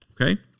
okay